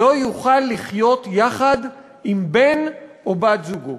לא יוכל לחיות יחד עם בן או בת זוגו.